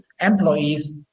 employees